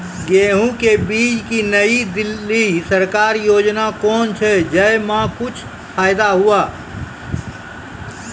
गेहूँ के बीज की नई दिल्ली सरकारी योजना कोन छ जय मां कुछ फायदा हुआ?